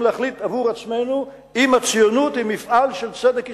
להחליט עבור עצמנו אם הציונות היא מפעל של צדק היסטורי.